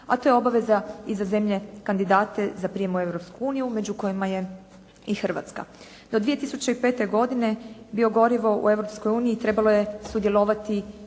a to je obaveza i za zemlje kandidate za prijem u Europsku uniju, među kojima je i Hrvatska. Do 2005. godine biogorivo u Europskoj uniji trebalo je sudjelovati